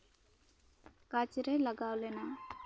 ᱠᱟᱡᱽᱨᱮ ᱞᱟᱜᱟᱣ ᱞᱮᱱᱟ